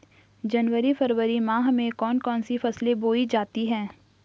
जनवरी फरवरी माह में कौन कौन सी फसलें बोई जाती हैं?